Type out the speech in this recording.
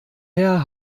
her